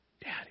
Daddy